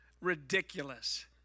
Ridiculous